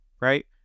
right